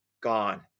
gone